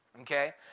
Okay